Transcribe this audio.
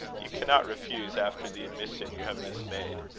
you cannot refuse, after the admission you have just made.